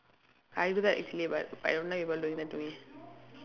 I do that actually but I don't like people doing that to me